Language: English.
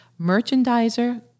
merchandiser